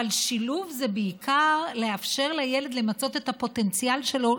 אבל שילוב זה בעיקר לאפשר לילד למצות את הפוטנציאל שלו,